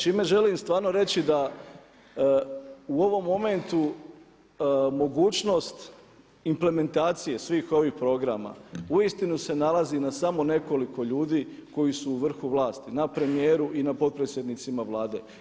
Čime želim stvarno reći da u ovom momentu mogućnost implementacije svih ovih programa uistinu se nalazi na samo nekoliko ljudi koji su u vrhu vlasti, na premijeru i na potpredsjednicima Vlade.